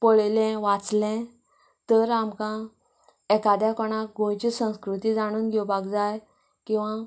पळयलें वाचले तर आमकां एकाद्या कोणाक गोंयच्यो संस्कृती जाणून घेवपाक जाय किंवां